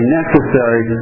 necessary